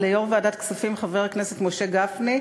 ליו"ר ועדת הכספים חבר הכנסת משה גפני,